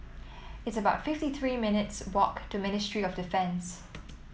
it's about fifty three minutes' walk to Ministry of Defence